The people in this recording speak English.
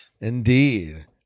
Indeed